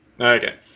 Okay